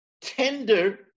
tender